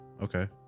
okay